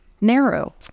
Narrow